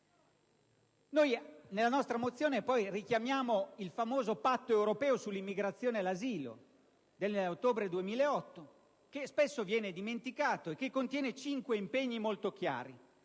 Nella mozione n. 246 richiamiamo il famoso Patto europeo sull'immigrazione e l'asilo dell'ottobre 2008, che spesso viene dimenticato, e che contiene cinque impegni molto chiari.